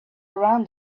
around